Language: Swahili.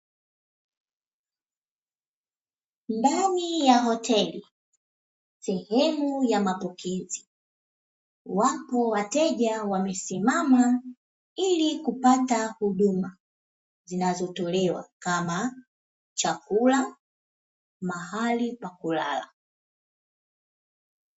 Ndani ya hoteli sehemu ya mapokezi, wapo wateja wamesimama ili kupata huduma zinazotolewa kama chakula, mahali pa kulala.